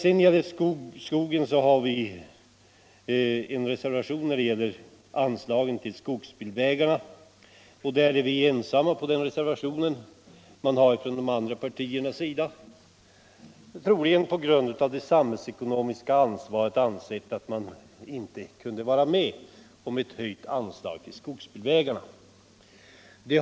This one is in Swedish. Centern har vidare avgivit en reservation när det gäller anslaget till skogsbilvägar, om vilken vi är ensamma. De andra partierna har, troligen på grund av det samhällsekonomiska ansvaret, ansett sig inte kunna vara med på ett höjt anslag till skogsbilvägarna.